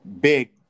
big